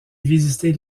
visiter